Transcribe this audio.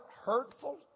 hurtful